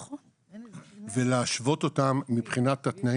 האנשים האלה, בניגוד